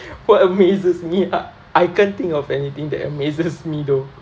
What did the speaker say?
what amazes me ah I can't think of anything that amazes me though